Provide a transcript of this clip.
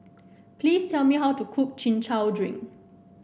please tell me how to cook Chin Chow Drink